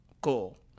Cool